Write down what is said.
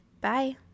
Bye